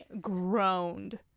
groaned